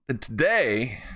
Today